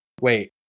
Wait